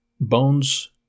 Bones